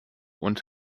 und